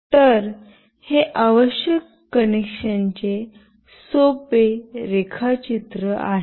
तर हे आवश्यक कनेक्शनचे सोपे रेखाचित्र आहे